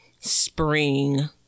spring